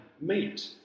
meet